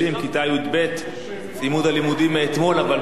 סיימו את הלימודים אתמול אבל מצאו זמן לבוא לכנסת.